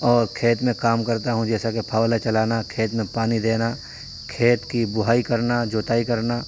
اور کھیت میں کام کرتا ہوں جیسا کہ پھاوڑا چلانا کھیت میں پانی دینا کھیت کی بہائی کرنا جتائی کرنا